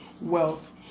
Wealth